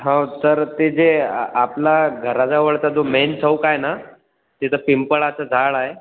हो सर ते जे आपला घराजवळचा जो मेन चौक आहे ना तिथं पिंपळाचं झाड आहे